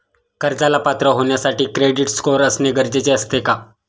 कर्जाला पात्र होण्यासाठी क्रेडिट स्कोअर असणे गरजेचे असते का?